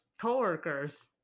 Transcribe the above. co-workers